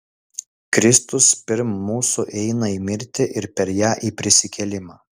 kristus pirm mūsų eina į mirtį ir per ją į prisikėlimą